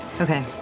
Okay